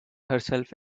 herself